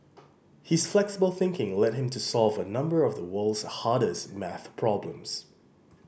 his flexible thinking led him to solve a number of the world's hardest math problems